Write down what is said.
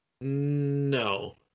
No